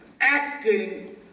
acting